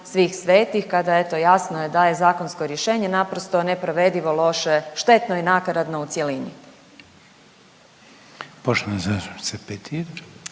Svih svetih kada eto jasno je da je zakonsko rješenje naprosto neprovedivo loše, štetno i nakaradno u cjelini.